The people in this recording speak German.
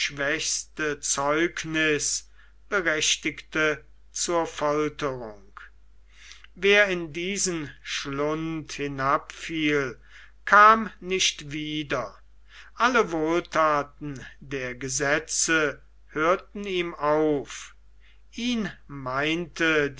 zeugniß berechtigte zur folterung wer in diesen schlund hinabfiel kam nicht wieder alle wohlthaten der gesetze hörten ihm auf ihn meinte